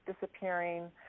disappearing